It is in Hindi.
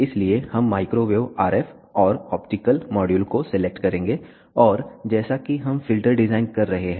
इसलिए हम माइक्रोवेव RF और ऑप्टिकल मॉड्यूल को सिलेक्ट करेंगे और जैसा कि हम फिल्टर डिजाइन कर रहे हैं